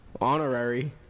Honorary